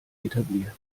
etabliert